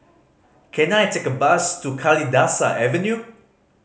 can I take a bus to Kalidasa Avenue